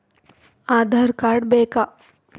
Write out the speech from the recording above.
Aadhaar card ಬೇಕಾ?